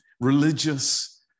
religious